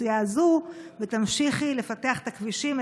האוכלוסייה הזו ותמשיכי לפתח את הכבישים,